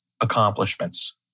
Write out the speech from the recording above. accomplishments